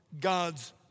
God's